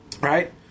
Right